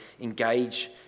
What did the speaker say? engage